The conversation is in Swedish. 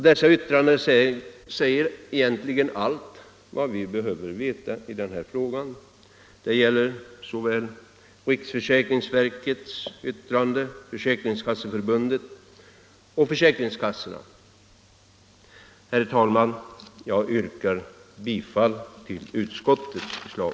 Dessa yttranden innehåller egentligen allt vi behöver veta i den här frågan. Det gäller såväl riksförsäkringsverkets yttrande som försäkringskasseförbundets och försäkringskassornas. Herr talman! Jag yrkar bifall till utskottets hemställan.